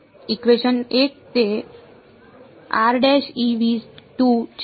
તેથી ઇકવેશન 1 તે છે